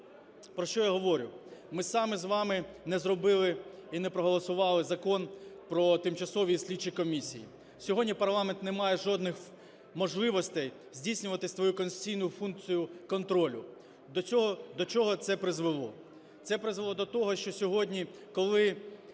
Про що я говорю? Ми саме з вами не зробили і не проголосували Закон про тимчасові слідчі комісії. Сьогодні парламент не має жодних можливостей здійснювати свою конституційну функцію контролю. До чого це призвело? Це призвело до того, що сьогодні, коли